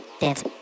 dance